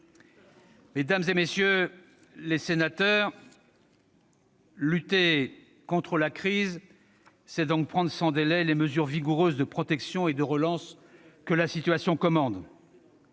Mesdames, messieurs, lutter contre la crise, c'est donc prendre sans délai les mesures vigoureuses de protection et de relance que la situation commande.